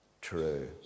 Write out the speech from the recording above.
true